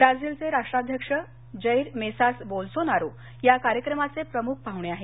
ब्राझीलचे राष्ट्राध्यक्ष Jair Messias Bolsonaro या कार्यक्रमाचे प्रमुख पाहूणे आहेत